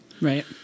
right